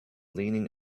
leaning